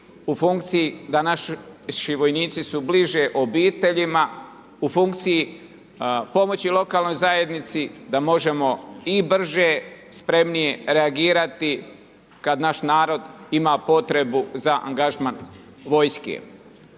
u funkciji, da naši vojnici su bliže obiteljima, u funkciji pomoći lokalnoj zajednici, da možemo i brže, spremnije reagirati, kada naš narod ima potrebu za angažman vojske.